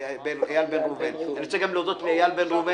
אני רוצה להודות גם לאיל בן ראובן,